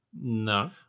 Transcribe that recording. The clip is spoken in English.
No